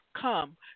come